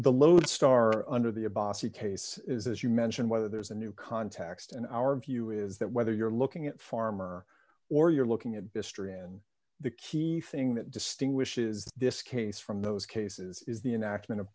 the lodestar under the abbassi case is as you mentioned whether there's a new context and our view is that whether you're looking at farmer or you're looking at this tree and the key thing that distinguishes this case from those cases is the inaction of